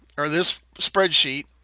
or this spreadsheet,